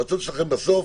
הרצון שלכם בסוף